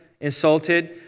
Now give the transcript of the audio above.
insulted